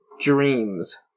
Dreams